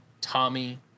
Tommy